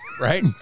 Right